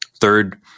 Third